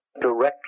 directly